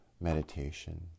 meditation